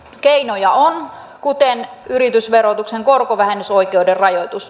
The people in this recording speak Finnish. keinoja on kuten yritysverotuksen korkovähennysoikeuden rajoitus